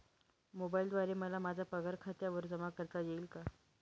मोबाईलद्वारे मला माझा पगार खात्यावर जमा करता येईल का?